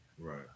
Right